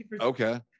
okay